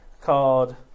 called